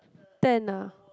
ten lah